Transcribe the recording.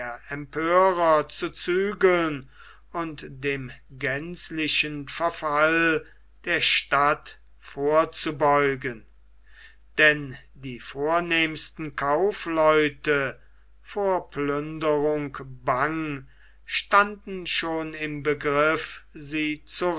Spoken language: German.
empörer zu zügeln und dem gänzlichen verfall der stadt vorzubeugen denn die vornehmsten kaufleute vor plünderung bang stunden schon im begriff sie zu